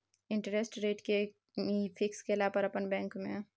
Interest rate कि ये fix केला पर अपन बैंक में?